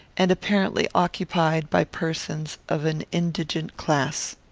and apparently occupied by persons of an indigent class.